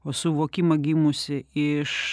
o suvokimą gimusį iš